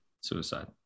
suicide